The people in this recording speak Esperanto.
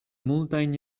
multajn